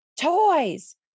toys